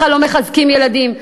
ככה לא מחזקים ילדים,